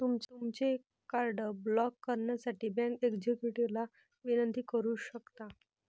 तुमचे card block करण्यासाठी bank एक्झिक्युटिव्हला विनंती करू शकता